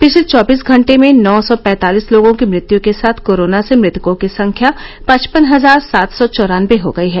पिछले चौबीस घंटे में नौ सौ पैंतालिस लोगों की मृत्यु के साथ कोरोना से मृतकों की संख्या पचपन हजार सात सौ चौरानबे हो गई है